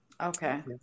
Okay